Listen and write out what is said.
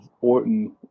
orton